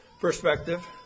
perspective